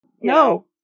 No